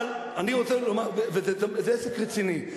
אבל אני רוצה לומר, זה עסק רציני.